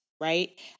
right